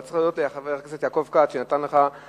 אתה צריך להודות לחבר הכנסת יעקב כץ שנתן לך חומר